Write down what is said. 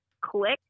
Click